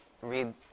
read